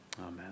Amen